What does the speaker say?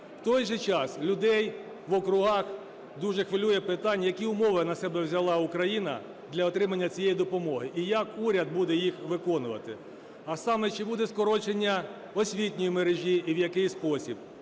В той же час людей в округах дуже хвилює питання: які умови на себе взяла Україна для отримання цієї допомоги, і як уряд буде їх виконувати, а саме, чи буде скорочення освітньої мережі і в який спосіб.